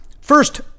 First